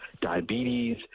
diabetes